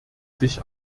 sich